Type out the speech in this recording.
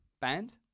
band